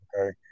okay